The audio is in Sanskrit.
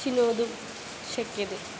चिनोतुं शक्यते